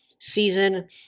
season